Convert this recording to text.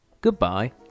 goodbye